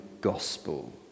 gospel